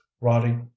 Roddy